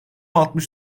altmış